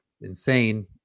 insane